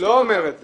הוא לא אומר את זה.